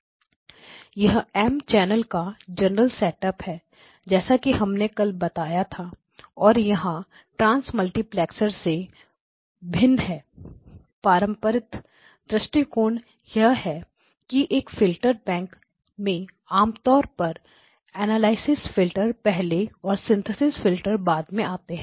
समय स्लाइड देखें0303 यह एम चैनल M का जनरल सेटअप है जैसा कि हमने कल बताया था और यह डांसमल्टीप्लैक्सर से भिन्न है पारंपरिक दृष्टिकोण यह है कि एक फिल्टर बैंक में आमतौर पर एनालिसिस फिल्टर पहले और सिंथेसिस फिल्टर बाद में आते हैं